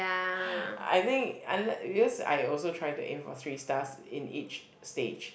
I think unle~ because I also try to aim for three stars in each stage